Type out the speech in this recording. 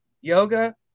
yoga